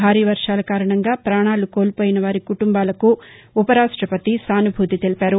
భారీ వర్షాల కారణంగా ప్రాణాలు కోల్పోయినవారి కుటుంబాలకు వెంకయ్యనాయుడు సానుభూతి తెలిపారు